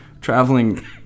traveling